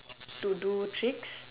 to do tricks